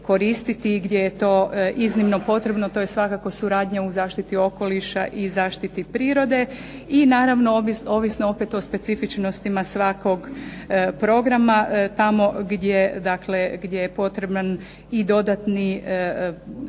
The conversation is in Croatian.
gdje je to iznimno potrebno, to je svakako suradnja u zaštiti okoliša i zaštiti prirode i naravno ovisno opet o specifičnostima svakog programa tamo gdje je potreban i dodatni